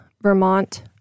Vermont